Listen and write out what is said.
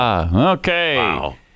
Okay